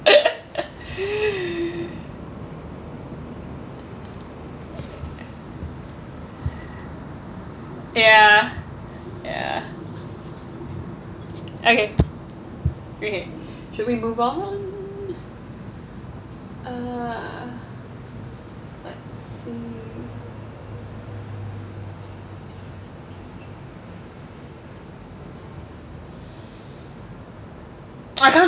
ya ya okay okay should we move on uh let's see I can't